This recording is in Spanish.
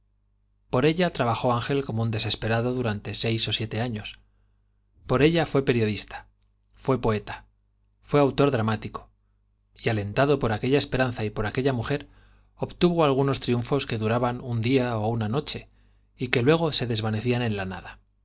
por ella durante seis ó siete trabajó ángel como un desesperado años por ella fué poeta fué autor periodista fué dramático y alentado por aquella esperanza y por aquella mujer obtuvo que duraban un día ó una noche algunos triunfos y que luego se desva necían en la nada